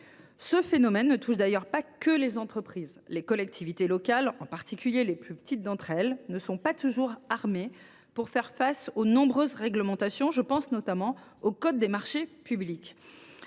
Ce phénomène ne touche d’ailleurs pas que les entreprises : les collectivités locales, en particulier les plus petites d’entre elles, ne sont pas toujours armées pour faire face aux nombreuses réglementations – je pense notamment au code des marchés publics.